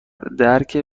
درک